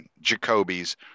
Jacoby's